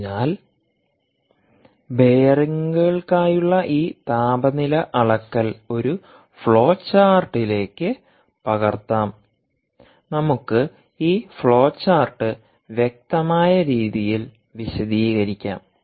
അതിനാൽ ബെയറിങ്ങുകൾകായുള്ള ഈ താപനില അളക്കൽ ഒരു ഫ്ലോചാർട്ടിലേക്ക് പകർത്താം നമുക്ക് ഈ ഫ്ലോചാർട്ട് വ്യക്തമായ രീതിയിൽ വിശദീകരിക്കാം